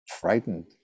frightened